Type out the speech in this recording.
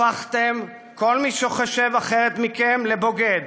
הפכתם כל מי שחושב אחרת מכם לבוגד.